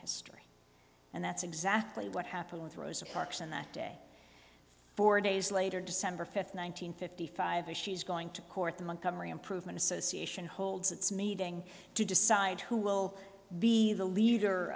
history and that's exactly what happened with rosa parks on that day four days later december fifth one nine hundred fifty five as she's going to court the montgomery improvement association holds its meeting to decide who will be the leader